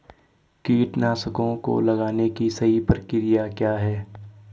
कीटनाशकों को लगाने की सही प्रक्रिया क्या है?